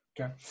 Okay